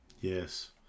Yes